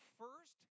first